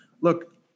look